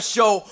Show